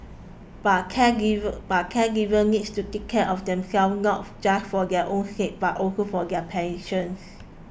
but caregivers but caregivers needs to take care of themselves not just for their own sake but also for their patients